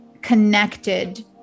connected